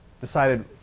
decided